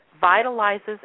vitalizes